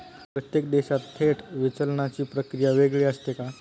प्रत्येक देशात थेट विचलनाची प्रक्रिया वेगळी असते का?